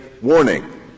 warning